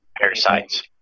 parasites